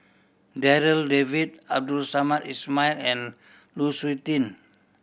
Darryl David Abdul Samad Ismail and Lu Suitin